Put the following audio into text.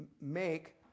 make